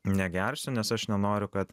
negersiu nes aš nenoriu kad